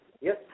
Yes